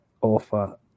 offer